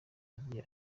yagiye